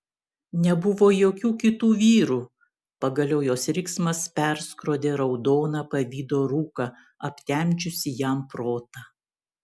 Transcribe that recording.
nebuvo jokių kitų vyrų pagaliau jos riksmas perskrodė raudoną pavydo rūką aptemdžiusį jam protą